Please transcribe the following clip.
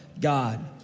God